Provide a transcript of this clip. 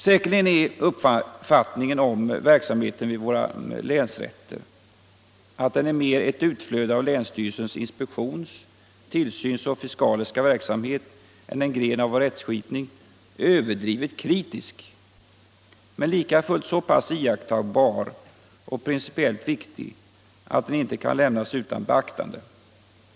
Säkerligen är uppfattningen om verksamheten vid våra länsrätter — att den är mer ett utflöde av länsstyrelsens inspektions-, tillsynsoch fiskaliska verksamhet än en gren av vår rättskipning — överdrivet kritisk, men likafullt så pass iakttagbar och principiellt viktig att den inte kan lämnas utan beaktande.